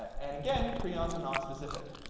and again, prions are nonspecific.